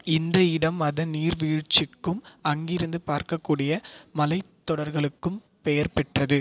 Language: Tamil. இந்த இடம் அதன் நீர்வீழ்ச்சிக்கும் அங்கிருந்து பார்க்கக்கூடிய மலைத் தொடர்களுக்கும் பெயர் பெற்றது